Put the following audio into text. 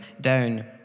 down